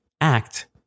act